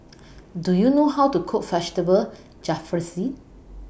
Do YOU know How to Cook Vegetable Jalfrezi